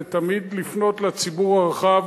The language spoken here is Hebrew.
ותמיד לפנות לציבור הרחב